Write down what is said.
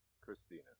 Christina